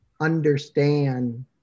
understand